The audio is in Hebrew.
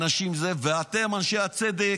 ואתם אנשי הצדק,